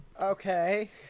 Okay